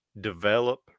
develop